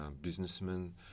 businessmen